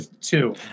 two